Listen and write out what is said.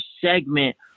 segment